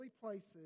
places